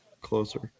closer